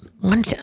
One